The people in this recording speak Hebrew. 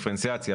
דיפרנציאציה,